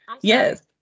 Yes